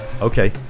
okay